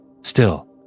Still